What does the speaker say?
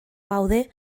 gaude